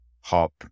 hop